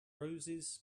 roses